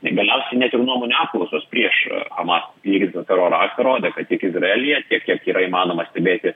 tai galiausiai net ir nuomonių apklausos prieš hamas įvykdyto teroro akto rodo kad tiek izraelyje tiek kiek yra įmanoma stebėti